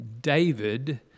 David